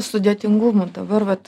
sudėtingumų vat